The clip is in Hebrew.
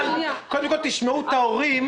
אבל קודם כול תשמעו את ההורים,